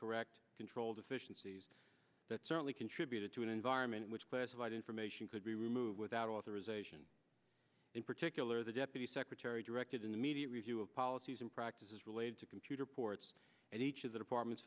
correct control deficiencies that certainly contributed to an environment in which classified information could be removed without authorisation in particular the deputy secretary directed in the media review of policies and practices related to computer ports and each of the department